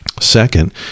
second